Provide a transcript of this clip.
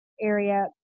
area